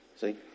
See